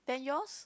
then yours